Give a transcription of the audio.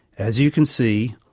as you can see,